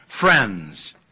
friends